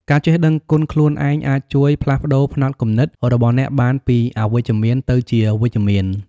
ការចេះដឹងគុណខ្លួនឯងអាចជួយផ្លាស់ប្ដូរផ្នត់គំនិតរបស់អ្នកបានពីអវិជ្ជមានទៅជាវិជ្ជមាន។